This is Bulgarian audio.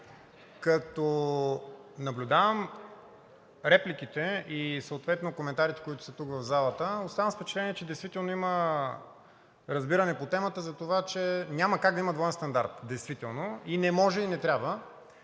като наблюдавам репликите и съответно коментарите, които са тук в залата, оставам с впечатлението, че действително има разбиране по темата за това, че няма как да има двоен стандарт действително. И не може, и не трябва.